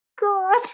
god